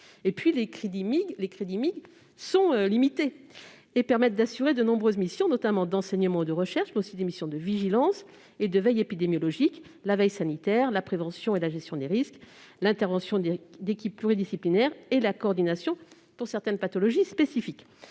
Ensuite, les crédits MIG sont limités et permettent d'assurer de nombreuses missions, notamment d'enseignement et de recherche, mais aussi de vigilance et de veille épidémiologique : veille sanitaire, prévention et gestion des risques, intervention d'équipes pluridisciplinaires et coordination pour certaines pathologies spécifiques.